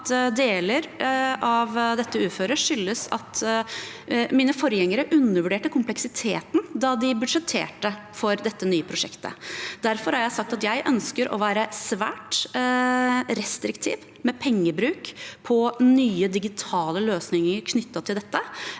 deler av dette uføret skyldes at mine forgjengere undervurderte kompleksiteten da de budsjetterte for dette nye prosjektet. Derfor har jeg sagt at jeg ønsker å være svært restriktiv med pengebruk på nye digitale løsninger knyttet til dette.